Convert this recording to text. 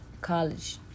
college